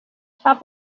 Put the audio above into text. top